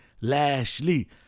Lashley